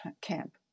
camp